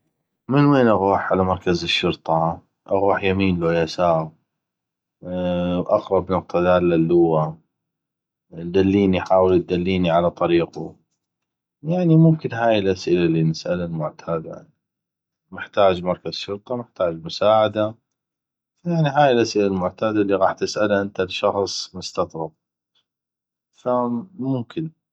من وين اغوح على مركز الشرطه اغوح يمين لو يساغ اقغب نقطه داله اللوه دليني حاول تدليني على طريقو يعني ممكن هاي الأسئلة اللي نساله المعتاده محتاج مركز شرطه محتاج مساعده يعني هاي الاسئلة المعتاده اللي غاح تساله انته ل شخص ف يعني ممكن